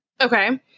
Okay